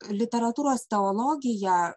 literatūros teologija